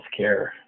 healthcare